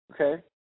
okay